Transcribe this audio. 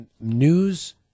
news